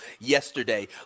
yesterday